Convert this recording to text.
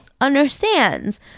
understands